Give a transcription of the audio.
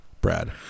Brad